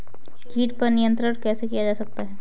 कीट पर नियंत्रण कैसे किया जा सकता है?